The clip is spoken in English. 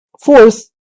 fourth